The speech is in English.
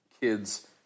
kids